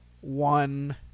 one